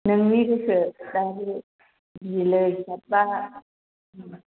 नोंनि गोसो दा बे बिलो साफ्रा